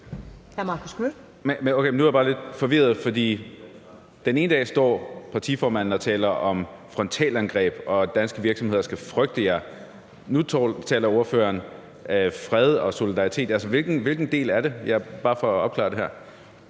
Nu er jeg bare lidt forvirret, for den ene dag står partiformanden og taler om frontalangreb og om, at danske virksomheder skal frygte jer, og nu taler ordføreren om fred og solidaritet. Altså, hvilken del er det? Det er bare for at opklare det her.